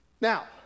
Now